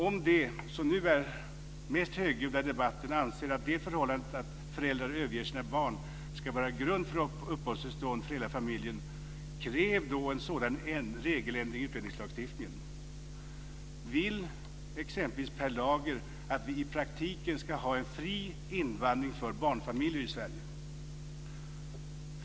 Om de som nu är mest högljudda i debatten anser att det förhållandet att föräldrar överger sina barn ska vara grund för uppehållstillstånd för hela familjen, då ska de kräva en sådan regeländring i utlänningslagstiftningen. Vill exempelvis Per Lager att vi i praktiken ska ha en fri invandring för barnfamiljer i Sverige?